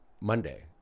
monday